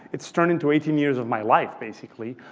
it's turning to eighteen years of my life basically.